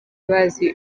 bazi